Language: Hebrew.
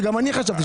וגם חשבתי,